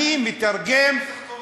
נוסח חוק.